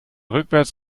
rückwärts